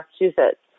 Massachusetts